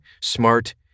smart